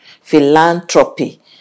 philanthropy